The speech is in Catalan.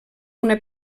una